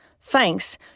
thanks